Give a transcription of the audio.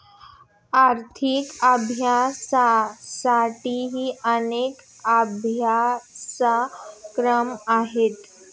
आर्थिक अभ्यासासाठीही अनेक अभ्यासक्रम आहेत